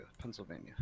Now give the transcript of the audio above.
Pennsylvania